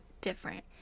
different